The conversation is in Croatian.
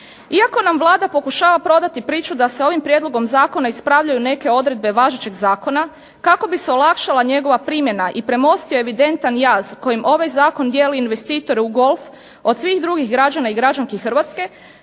Iako nam Vlada pokušava prodati priču da se ovim Prijedlogom zakona ispravljaju neke odredbe važećeg zakona kako bi se olakšala njegova primjena i premostio jaz kojim ovaj Zakon dijeli investitore u golf, od svih drugih građana i građanki Hrvatske,